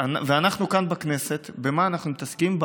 ואנחנו כאן, בכנסת, במה אנחנו מתעסקים?